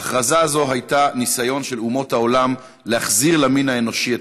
ההכרזה הזאת הייתה ניסיון של אומות העולם להחזיר למין האנושי את